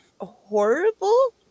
horrible